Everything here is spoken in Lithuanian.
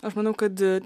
aš manau kad